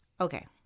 Okay